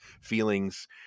feelings